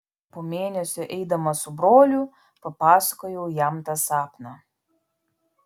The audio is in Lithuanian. po mėnesio eidamas su broliu papasakojau jam tą sapną